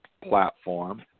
platform